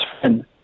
friend